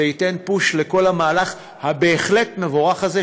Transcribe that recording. זה ייתן "פוש" לכל המהלך הבהחלט-מבורך הזה,